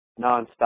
nonstop